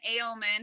ailment